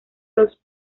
los